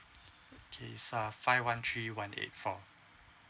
okay so five one three one eight four